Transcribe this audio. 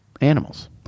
animals